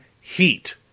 heat